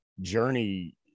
journey